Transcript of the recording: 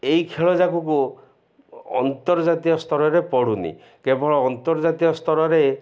ଏ ଖେଳ ଯାଗକୁ ଅନ୍ତର୍ଜାତୀୟ ସ୍ତରରେ ପଢ଼ୁନି କେବଳ ଅନ୍ତର୍ଜାତୀୟ ସ୍ତରରେ